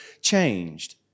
changed